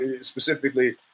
specifically